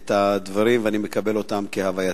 את הדברים, ואני מקבל אותם כהווייתם.